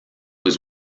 was